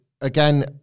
again